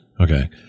Okay